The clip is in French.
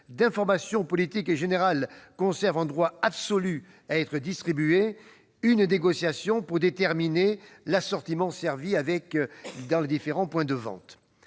d'information politique et générale conserve un droit absolu à être distribuée, une négociation pour déterminer l'assortiment servi dans les différents points de vente.